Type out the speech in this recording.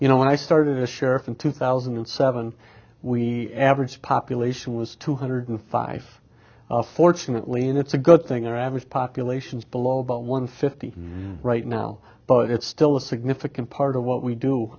you know when i started a sheriff in two thousand and seven we average population was two hundred five fortunately and it's a good thing our average population below about one fifth the right now but it's still a significant part of what we do